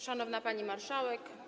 Szanowna Pani Marszałek!